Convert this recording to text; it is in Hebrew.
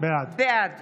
בעד